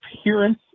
appearance